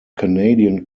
canadian